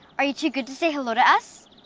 are you too good to say hello to us?